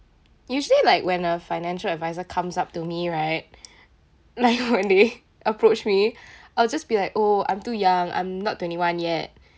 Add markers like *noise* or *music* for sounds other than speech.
usually like when a financial adviser comes up to me right *laughs* like when they *laughs* approach me I'll just be like oh I'm too young I'm not twenty one yet